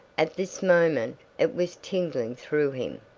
at this moment, it was tingling through him,